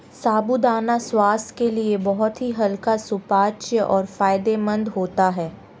साबूदाना स्वास्थ्य के लिए बहुत ही हल्का सुपाच्य और फायदेमंद होता है